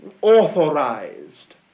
authorized